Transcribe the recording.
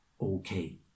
okay